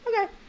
okay